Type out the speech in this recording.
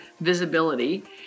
visibility